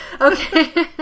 okay